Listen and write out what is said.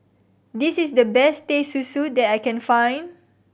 this is the best Teh Susu that I can find